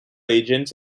agents